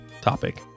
topic